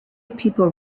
people